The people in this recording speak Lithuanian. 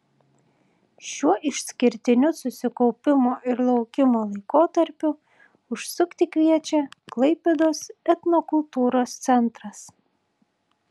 šiuo išskirtiniu susikaupimo ir laukimo laikotarpiu užsukti kviečia klaipėdos etnokultūros centras